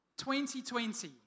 2020